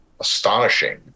astonishing